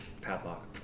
padlock